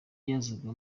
yazaga